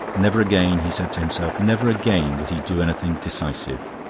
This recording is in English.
never again, he said to himself, never again would he do anything decisive.